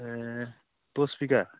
ए दस बिगा